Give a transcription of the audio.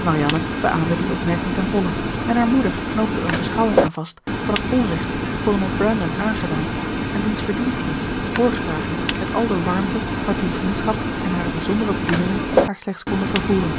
marianne beaamde die opmerking ten volle en hare moeder knoopte er eene beschouwing aan vast van het onrecht kolonel brandon aangedaan en diens verdiensten voorgedragen met al de warmte waartoe vriendschap en hare bijzondere bedoelingen haar slechts konden vervoeren